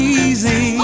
easy